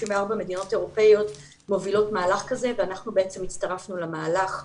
34 מדינות אירופאיות מובילות מהלך כזה ואנחנו בעצם הצטרפנו למהלך.